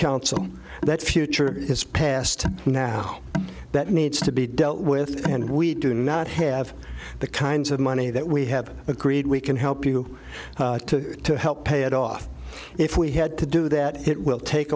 counsel that future is passed now that needs to be dealt with and we do not have the kinds of money that we have agreed we can help you to help pay it off if we had to do that it will take